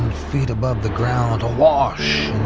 feet above the ground, awash